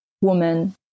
woman